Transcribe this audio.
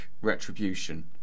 retribution